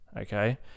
okay